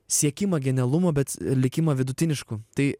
siekimą genialumo bet likimą vidutinišku tai